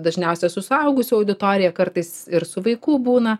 dažniausiai su suaugusių auditorija kartais ir su vaikų būna